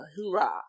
Hoorah